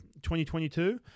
2022